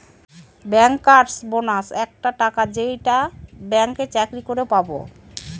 bankers bonus একটা টাকা যেইটা ব্যাঙ্কে চাকরি করে পাবো